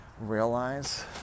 realize